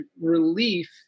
relief